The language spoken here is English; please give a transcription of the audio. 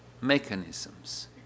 mechanisms